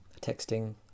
Texting